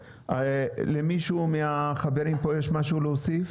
למישהו מהחברים כאן יש משהו להוסיף?